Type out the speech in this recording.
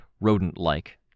rodent-like